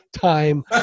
time